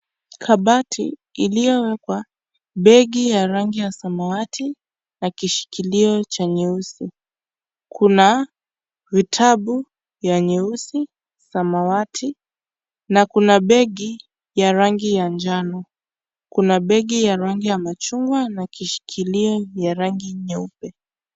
Kabati iliyowekwa begi ya rangi ya samawati, na kishikilio cha nyeusi. Kuna vitabu vya nyeusi, samawati, na kuna begi ya rangi ya njano . Kuna begi ya rangi ya machungwa na kishikilio ya rangi nyeupe.